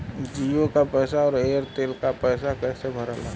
जीओ का पैसा और एयर तेलका पैसा कैसे भराला?